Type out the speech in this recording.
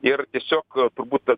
ir tiesiog turbūt per